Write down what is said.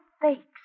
fakes